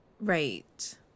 right